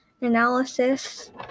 analysis